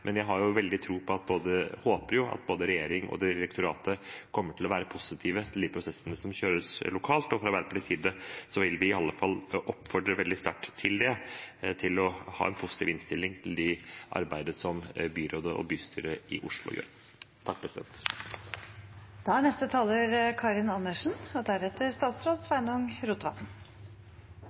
Men jeg har veldig tro på og håper at både regjeringen og direktoratet kommer til å være positive til de prosessene som kjøres lokalt, og fra Arbeiderpartiets side vil vi i alle fall oppfordre veldig sterkt til å ha en positiv innstilling til det arbeidet som byrådet og bystyret i Oslo gjør. Det er SV som har fremmet dette representantforslaget, og